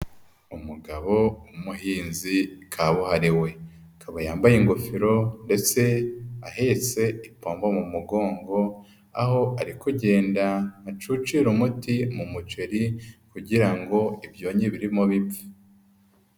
Umugabo w'umuhinzi kabuhariwe akaba yambaye ingofero ndetse ahetse ipombo mu mugongo, aho ari kugenda acucira umuti mu muceri kugira ngo ibyonnyi birimo bipfe.